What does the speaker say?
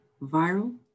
viral